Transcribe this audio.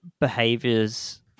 behaviors